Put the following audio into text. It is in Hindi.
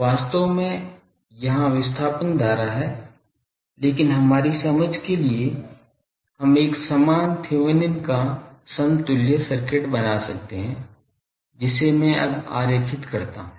वास्तव में यहाँ विस्थापन धारा है लेकिन हमारी समझ के लिए हम एक समान थेवेनिन का Thevenin's समतुल्य सर्किट बना सकते है जिसे मैं अब आरेखित करता हूँ